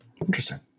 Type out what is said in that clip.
Interesting